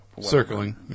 Circling